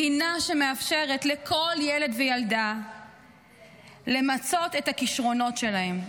מדינה שמאפשרת לכל ילד וילדה למצות את הכישרונות שלהם,